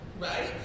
Right